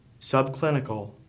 Subclinical